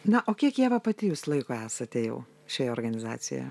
na o kiek ieva pati jūs laiko esate jau šioje organizacoje